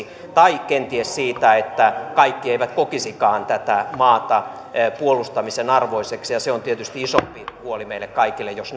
tai kenties siitä että kaikki eivät kokisikaan tätä maata puolustamisen arvoiseksi se on tietysti isompi huoli meille kaikille jos